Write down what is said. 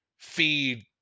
feed